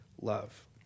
love